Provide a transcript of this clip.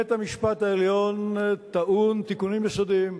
בית-המשפט העליון טעון תיקונים יסודיים,